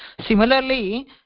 Similarly